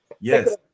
Yes